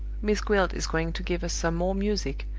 miss gwilt is going to give us some more music,